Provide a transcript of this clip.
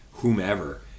whomever